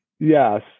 Yes